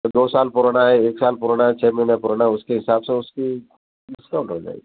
दो साल पुराना है एक साल पुराना है छः महीने पुराना है उसके हिसाब से उसकी डिस्काउन्ट हो जाएगी